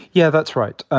yeah, that's right.